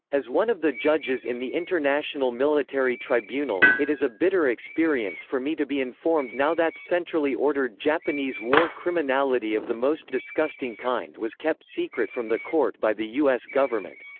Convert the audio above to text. as one of the judges in the international military tribunal, it is a bitter experience for me to be informed now that centrally ordered japanese war criminality of the most disgusting kind was kept secret from the court by the u s. government.